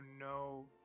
no